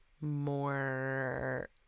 more